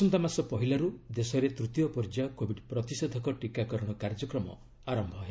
ଆସନ୍ତାମାସ ପହିଲାରୁ ଦେଶରେ ତୃତୀୟ ପର୍ଯ୍ୟାୟ କୋବିଡ ପ୍ରତିଷେଧକ ଟିକାକରଣ କାର୍ଯ୍ୟକ୍ରମ ଆରମ୍ଭ ହେବ